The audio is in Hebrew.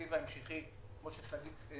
התקציב ההמשכי, כמו ששגית ציינה,